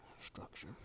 structure